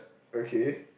okay